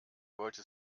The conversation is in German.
wollte